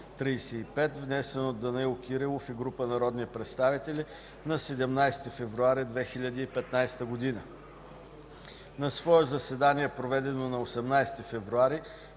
внесен от Данаил Димитров Кирилов и група народни представители на 17 февруари 2015 г. На свое заседание, проведено на 18 февруари